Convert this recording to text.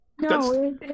No